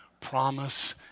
promise